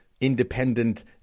independent